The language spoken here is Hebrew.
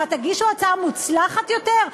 מה, תגישו הצעה מוצלחת יותר?